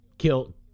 Kill